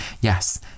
Yes